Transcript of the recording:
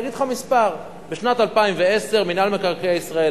אני אגיד לך מספר: בשנת 2010 מינהל מקרקעי ישראל